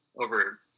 over